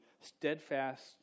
steadfast